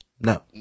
No